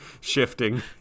shifting